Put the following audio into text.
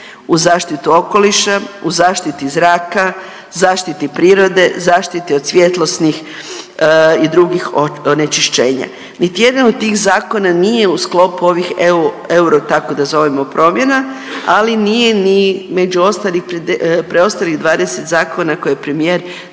uz zaštitu okoliša, uz zaštiti zraka, zaštiti prirode, zaštiti od svjetlosnih i drugih onečišćenja. Niti jedna od tih zakona nije u sklopu ovih eu, euro da tako zovemo promjena, ali nije ni među preostalih 20 zakona koje premijer